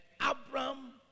Abram